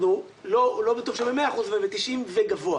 לא בטוח שבמאה אחוז, אבל בתשעים וגבוה.